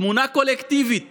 תמונה קולקטיבית